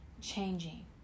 changing